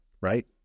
right